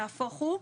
נהפוך הוא.